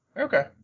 Okay